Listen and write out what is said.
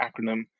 acronym